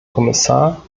kommissar